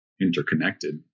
interconnected